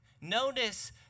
Notice